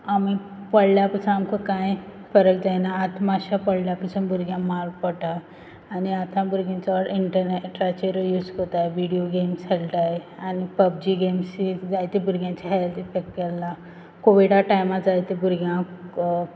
आमी पडल्यार पूसा आमक कांय फरक जायना आत माशे पोडल्यार पासून भुरग्यांक मार पोटा आनी आतां भुरगीं चोड इंटरनॅटाचेरूय यूज कोताय व्हिडियो गॅम्स हेळटाय आनी पबजी गॅम्सूय जायतीं भुरग्यांची भुरग्याचे हेल्थ इफेक्ट जाला कोविडा टायमार जायते भुरग्यांक